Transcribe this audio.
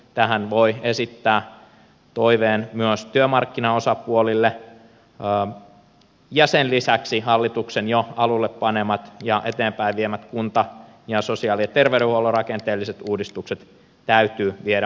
tähän voi esittää toiveen myös työmarkkinaosapuolille ja sen lisäksi hallituksen jo alulle panemat ja eteenpäinviemät kuntasektorin ja sosiaali ja terveydenhuollon rakenteelliset uudistukset täytyy viedä määrätietoisesti loppuun